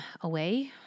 away